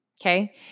Okay